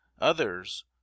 others